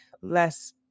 less